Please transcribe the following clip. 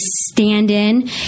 stand-in